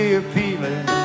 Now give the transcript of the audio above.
appealing